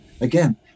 Again